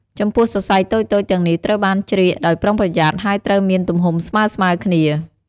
ចំពោះសរសៃតូចៗទាំងនេះត្រូវបានជ្រៀកដោយប្រុងប្រយ័ត្ន ហើយត្រូវមានទំហំស្មើៗគ្នា។